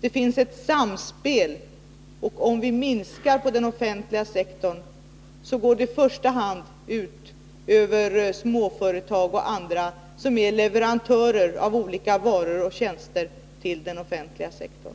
Det finns ett samspel, och om vi minskar den offentliga sektorn går det i första hand ut över småföretag och andra som är leverantörer av varor och tjänster till den offentliga sektorn.